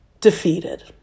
defeated